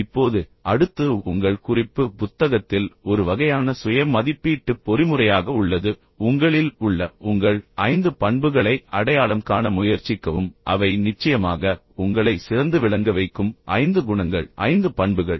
இப்போது அடுத்தது உங்கள் குறிப்பு புத்தகத்தில் ஒரு வகையான சுய மதிப்பீட்டு பொறிமுறையாக உள்ளது உங்களில் உள்ள உங்கள் ஐந்து பண்புகளை அடையாளம் காண முயற்சிக்கவும் அவை நிச்சயமாக உங்களை சிறந்து விளங்க வைக்கும் 5 குணங்கள் 5 பண்புகள்